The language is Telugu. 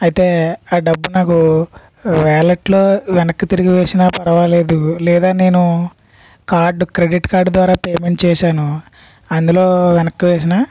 అయితే ఆ డబ్బు నాకు వాలెట్లో వెనక్కి తిరిగి వేసినా పర్వాలేదు లేదా నేను కార్డు క్రెడిట్ కార్డు ద్వారా పేమెంట్ చేసాను అందులో వెనక్కి వేసినా